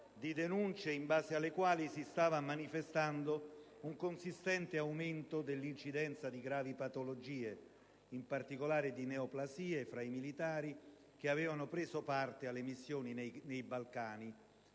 di denunce in base alle quali si stava manifestando un consistente aumento dell'incidenza di gravi patologie, in particolare di neoplasie tra i militari che avevano preso parte alle missioni nei Balcani.